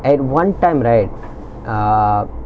at one time right uh